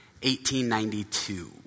1892